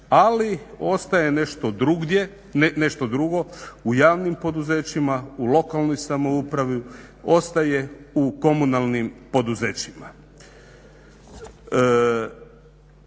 ali ostaje nešto drugo, u javnim poduzećima, u lokalnoj samoupravi, ostaje u komunalnim poduzećima.